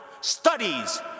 studies